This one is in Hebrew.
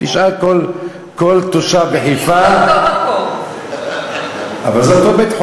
תשאל כל תושב בחיפה, מגיעים לאותו